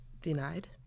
denied